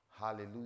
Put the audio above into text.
Hallelujah